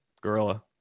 Gorilla